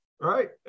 Right